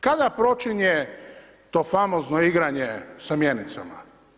Kada počinje to famozno igranje sa mjenicama?